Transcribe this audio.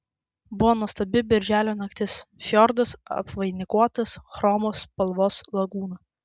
buvo nuostabi birželio naktis fjordas apvainikuotas chromo spalvos lagūna